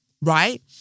Right